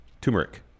Turmeric